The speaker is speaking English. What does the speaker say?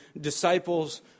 disciples